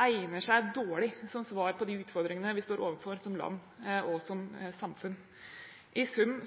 egner seg dårlig som svar på de utfordringene vi står overfor som land og som samfunn. I sum